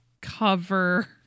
cover